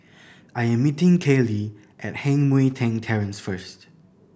I am meeting Kaylie at Heng Mui Keng Terrace first